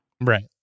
Right